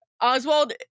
oswald